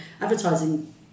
advertising